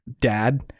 dad